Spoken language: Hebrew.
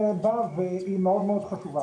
והיא מאוד חשובה.